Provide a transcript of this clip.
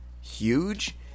huge